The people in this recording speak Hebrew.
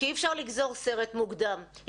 כי אי אפשר לגזור סרט במיידי.